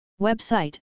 Website